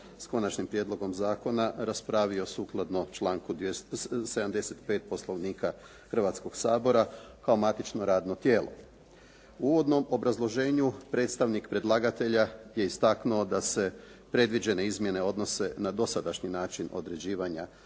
s Konačnim prijedlogom zakona raspravio sukladno članku 75. Poslovnika Hrvatskog sabora kao matično radno tijelo. U uvodnom obrazloženju predstavnik predlagatelja je istaknuo da se predviđene izmjene odnose na dosadašnji način određivanja